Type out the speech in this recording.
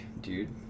dude